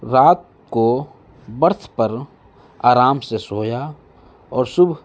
رات کو برتس پر آرام سے سویا اور صبح